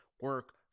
Work